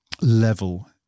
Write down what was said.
level